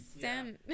Sam